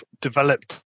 developed